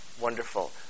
wonderful